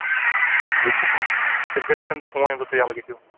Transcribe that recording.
ٹھیٖک چھُ تیٚلہِ تیٚلہِ کٔرۍزیٚو تَمہِ فون ییٚمہِ دۄہ تُہۍ یلہٕ گٔژھِو